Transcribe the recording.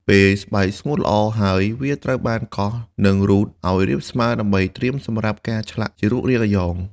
ពេលស្បែកស្ងួតល្អហើយ វាត្រូវបានកោស និងរូតឱ្យរាបស្មើដើម្បីត្រៀមសម្រាប់ការឆ្លាក់ជារូបរាងអាយ៉ង។